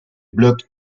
blocs